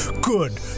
good